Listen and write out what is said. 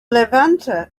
levanter